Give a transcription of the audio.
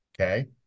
okay